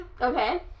Okay